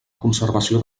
conservació